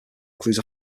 includes